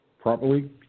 properly